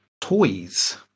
Toys